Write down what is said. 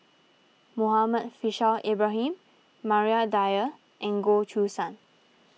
Muhammad Faishal Ibrahim Maria Dyer and Goh Choo San